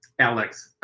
alex,